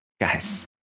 guys